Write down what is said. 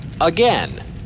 again